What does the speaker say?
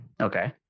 Okay